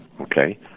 okay